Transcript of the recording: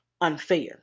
unfair